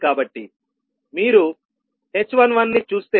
కాబట్టి మీరు h11 ని చూస్తే